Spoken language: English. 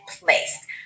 place